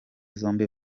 zombi